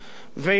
ואם כך,